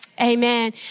amen